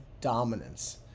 dominance